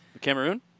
Cameroon